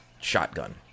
shotgun